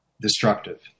destructive